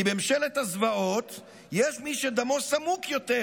כי בממשלת הזוועות יש מי שדמו סמוק יותר.